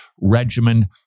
regimen